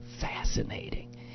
fascinating